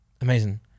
Amazing